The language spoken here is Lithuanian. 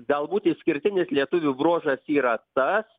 galbūt išskirtinis lietuvių bruožas yra tas